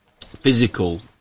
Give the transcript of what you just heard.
physical